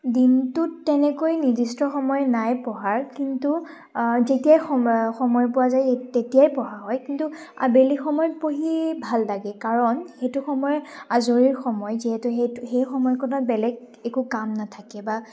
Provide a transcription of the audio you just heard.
দিনটোত তেনেকৈ নিৰ্দিষ্ট সময় নাই পঢ়াৰ কিন্তু যেতিয়াই সময় সময় পোৱা যায় তেতিয়াই পঢ়া হয় কিন্তু বেলেগ সময়ত পঢ়ি ভাল লাগে কাৰণ সেইটো সময় আজৰিৰ সময় যিহেতু সেইটো সেই সময়কণত বেলেগ একো কাম নাথাকে বা